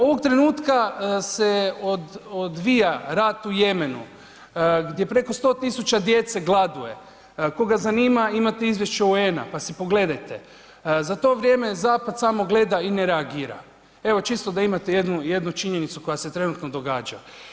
Ovog trenutka se odvija rat u Jemenu gdje preko 100.000 djece gladuje, koga zanima imate izvješće UN-a pa si pogledajte, za to vrijeme zapad samo gleda i ne reagira, evo čisto da imate jednu činjenicu koja se trenutno događa.